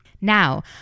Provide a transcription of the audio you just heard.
Now